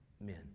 men